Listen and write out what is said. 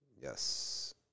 Yes